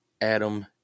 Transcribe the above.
Adam